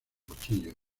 cuchillo